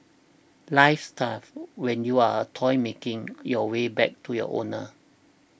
life's tough when you are a toy making your way back to your owner